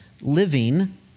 living